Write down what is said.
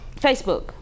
Facebook